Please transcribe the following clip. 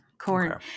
corn